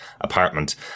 apartment